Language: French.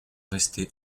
resté